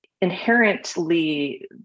inherently